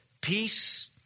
peace